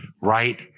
right